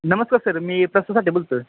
नमस्कार सर मी प्रसासाटे बोलतो आहे